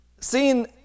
seeing